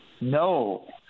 no